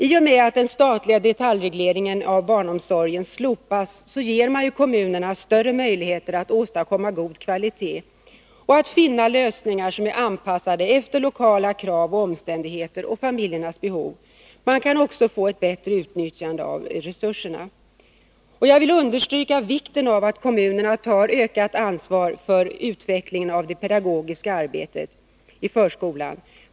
I och med att den statliga detaljregleringen av barnomsorgen slopas, ger man kommunerna större möjligheter att åstadkomma god kvalitet och att finna lösningar som är anpassade efter lokala krav och omständigheter samt familjernas behov. Man kan också få ett bättre utnyttjande av resurserna. Jag vill understryka vikten av att kommunerna tar ökat ansvar för utvecklingen av det pedagogiska arbetet i förskolan.